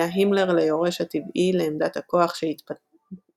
היה הימלר ליורש הטבעי לעמדת הכוח שהתפנתה.